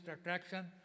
attraction